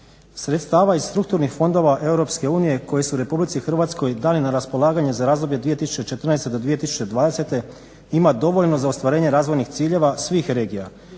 Sredstava iz strukturnih fondova EU koji su RH dani na raspolaganje za razdoblje 2014.-2020. ima dovoljno za ostvarenje razvojnih ciljeva svih regija